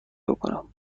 بکنم